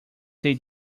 they